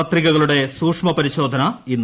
പത്രികകളുടെ സൂക്ഷ്മ പരിശോധന ഇന്ന്